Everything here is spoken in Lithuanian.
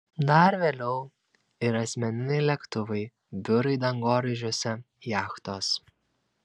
dar vėliau ir asmeniniai lėktuvai biurai dangoraižiuose jachtos